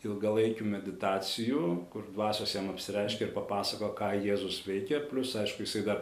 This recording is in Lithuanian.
ilgalaikių meditacijų kur dvasios jam apsireiškė ir papasakojo ką jėzus veikė plius aišku jisai dar